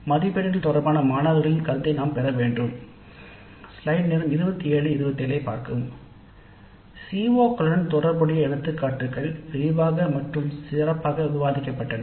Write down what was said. மதிப்பீடுகள் தொடர்பான மாணவர்களின் கருத்தை நாம் பெற வேண்டும் சிஓக்களுடன் தொடர்புடைய எடுத்துக்காட்டுகள் விரிவாக சிறப்பாக விவாதிக்கப்பட்டன